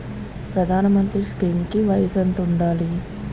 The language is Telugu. ప్రధాన మంత్రి స్కీమ్స్ కి వయసు ఎంత ఉండాలి?